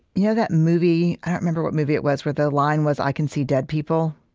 you know that movie i don't remember what movie it was, where the line was, i can see dead people?